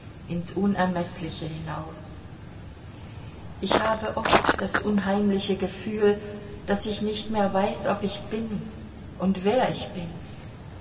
in's unermeßliche hinaus ich habe oft das unheimliche gefühl daß ich nicht mehr weiß ob ich bin und wer ich bin